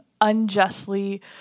unjustly